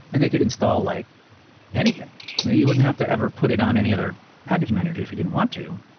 and they could install like anything. you wouldn't have to ever put it on any other package manager if you didn't want to.